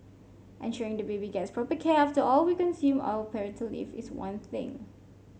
ensuring the baby gets proper care after all we consume our parental leave is one thing